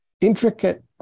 intricate